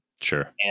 Sure